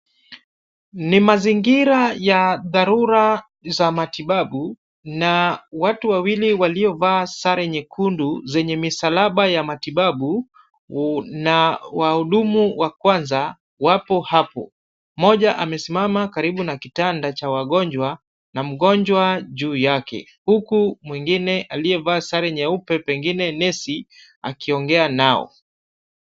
Ni mazingira ya dharura za matibabu na watu wawili waliovaa sare nyekundu zenye misalaba ya matibabu, na wahudumu wa kwanza, wapo hapo. Mmoja amesima karibu na kitanda cha wagongwa na mgonjwa juu yake, huku mwingine aliyevaa suruali nyeupe pengine nesi akiongea nao.